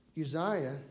Uzziah